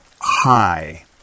High